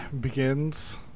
begins